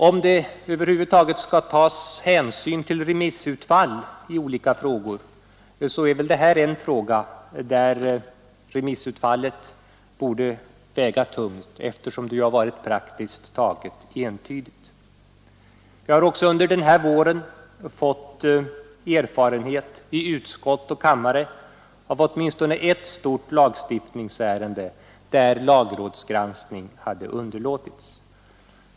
Om det över huvud taget skall tas hänsyn till remissutfall i några frågor är väl detta en fråga där remissutfallet borde väga tungt, eftersom det har varit praktiskt taget entydigt. Vi har också under denna vår fått erfarenhet i utskott och kammare av åtminstone ett stort lagstiftningsärende där lagrådsgranskning hade underlåtits.